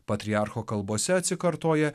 patriarcho kalbose atsikartoja